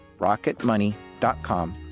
Rocketmoney.com